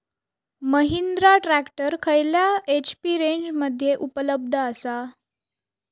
Mahindra tractor खयल्या HP रेंजमध्ये उपलब्ध आसा?